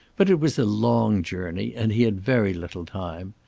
but it was a long journey, and he had very little time.